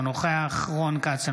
אינו נוכח רון כץ,